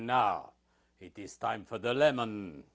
now it is time for the lemon